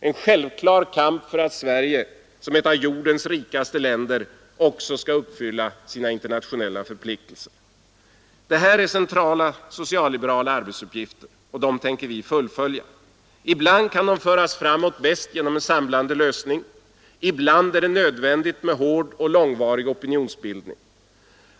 En självklar kamp för att Sverige, som ett av jordens rikaste länder, också skall uppfylla sina internationella förpliktelser. Detta är centrala socialliberala arbetsuppgifter och dem tänker vi fullfölja. Ibland kan de bäst föras framåt genom samlande lösningar. Ibland blir det nödvändigt med hård och långvarig opinionsbildning.